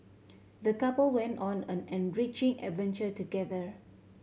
the couple went on an enriching adventure together